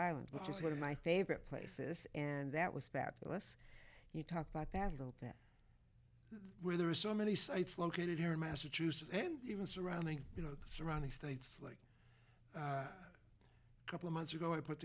island which is one of my favorite places and that was back in this you talked about that that guilt there are so many sites located here in massachusetts and even surrounding you know the surrounding states like a couple of months ago i put